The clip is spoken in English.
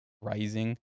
Rising